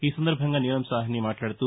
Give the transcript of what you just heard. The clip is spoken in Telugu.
ఈ సందర్బంగా నీలంసాహ్ని మాట్లాడుతూ